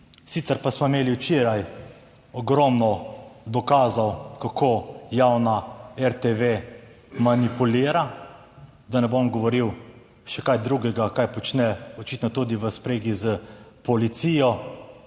Sicer pa smo imeli včeraj ogromno dokazov, kako javna RTV manipulira, da ne bom govoril še kaj drugega, kaj počne očitno tudi v spregi s policijo,